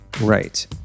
Right